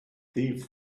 thieves